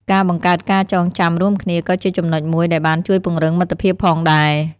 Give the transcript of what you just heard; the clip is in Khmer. ការបង្កើតការចងចាំរួមគ្នាក៏ជាចំណុចមួយដែលបានជួយពង្រឹងមិត្តភាពផងដែរ។